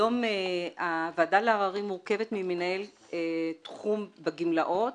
היום הוועדה לעררים מורכבת ממנהל תחום בגמלאות,